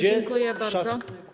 Dziękuję bardzo.